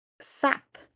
sap